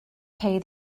pay